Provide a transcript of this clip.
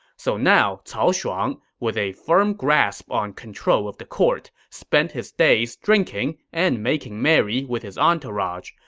so now cao shuang, with a firm grasp on control of the court, spent his days drinking and making merry with his entourage.